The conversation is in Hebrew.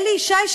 אלי ישי,